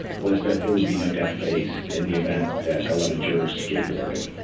was that there would be no death phase in the event that eleven jurors gave the verdict.